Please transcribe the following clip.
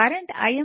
కు సమానం